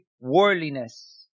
worldliness